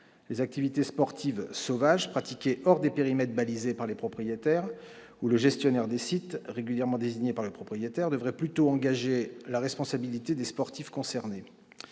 les activités sportives « sauvages » pratiquées hors des périmètres balisés par le propriétaire ou le gestionnaire des sites régulièrement désigné par le propriétaire devraient plutôt engager la responsabilité des sportifs concernés.